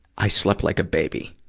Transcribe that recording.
i slept like a baby.